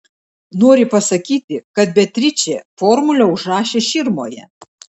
nori pasakyti kad beatričė formulę užrašė širmoje